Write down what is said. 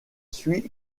suis